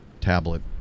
tablet